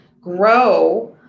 grow